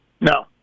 No